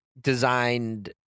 designed